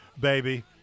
baby